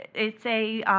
it's a,